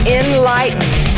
enlightened